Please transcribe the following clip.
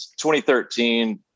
2013